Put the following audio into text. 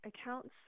accounts